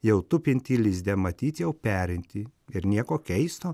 jau tupintį lizde matyt jau perintį ir nieko keisto